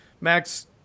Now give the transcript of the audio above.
Max